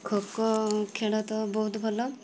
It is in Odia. ଖୋକୋ ଖେଳ ତ ବହୁତ ଭଲ